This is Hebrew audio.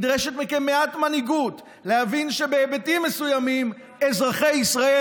נדרשת מכם מעט מנהיגות להבין שבהיבטים מסוימים אזרחי ישראל,